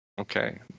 Okay